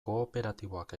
kooperatiboak